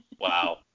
Wow